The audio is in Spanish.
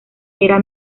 era